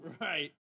Right